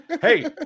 hey